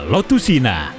Lotusina